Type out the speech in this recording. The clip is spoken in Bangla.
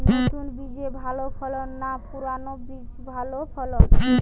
নতুন বীজে ভালো ফলন না পুরানো বীজে ভালো ফলন?